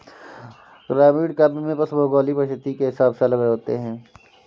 ग्रामीण काव्य में पशु भौगोलिक परिस्थिति के हिसाब से अलग होते हैं